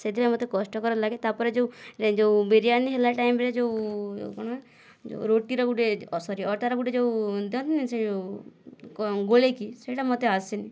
ସେଥିପାଇଁ ମୋତେ କଷ୍ଟକର ଲାଗେ ତା ପରେ ଯେଉଁ ଏ ଯେଉଁ ବିରିୟାନୀ ହେଲା ଟାଇମ୍ରେ ଯେଉଁ ଏ କଣ ଯେଉଁ ରୁଟିର ଗୋଟିଏ ସରି ଅଟାର ଗୋଟିଏ ଯେଉଁ ଦିଅନ୍ତିନି ସେ ଯେଉଁ କଁ ଗୋଳାଇକି ସେଟା ମୋତେ ଆସେନି